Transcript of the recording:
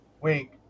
Wink